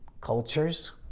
cultures